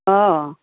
অঁ